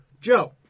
Joe